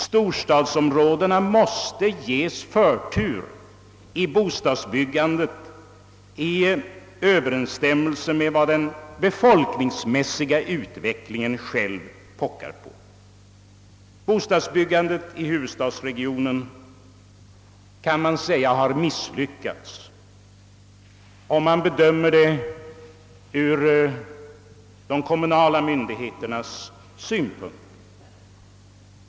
Storstadsområdena måste ges förtur i bostadsbyggandet i överensstämmelse med vad den befolkningsmässiga utvecklingen pockar på. Bostadsbyggandet i huvudstadsregionen har, om man bedömer det ur de kommunala myndigheternas synpunkt, misslyckats.